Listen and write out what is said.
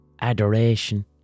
Adoration